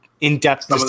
in-depth